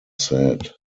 said